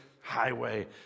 highway